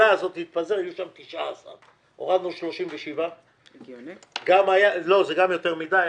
יהיו שם 19. הורדנו 37. וזה עדיין יותר מדי,